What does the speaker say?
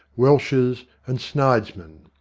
welshers, and snides men.